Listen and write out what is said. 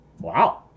Wow